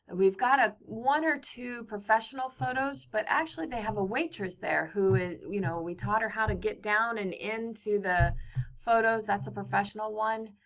we've got ah one or two professional photos but actually, they have a waitress there who you know we taught her how to get down and into the photos. that's a professional one.